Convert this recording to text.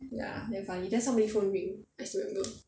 ya damn funny then somebody phone ring I still remember